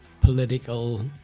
political